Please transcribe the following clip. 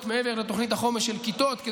מעבר לתוכנית החומש של כיתות,